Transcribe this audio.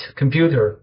computer，